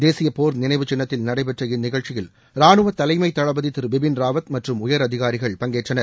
தேசிய போர் நினைவுச் சின்னத்தில் நடைபெற்ற இந்நிகழ்ச்சியில் ராணுவ தலைமைத் தளபதி திரு பிபின் ராவத் மற்றும் உயர் அதிகாரிகள் பஃகேற்றனர்